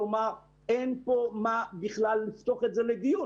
כלומר, אין כאן מה לפתוח לדיון.